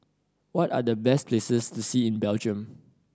what are the best places to see in Belgium